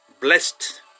blessed